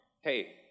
hey